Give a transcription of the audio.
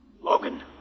Logan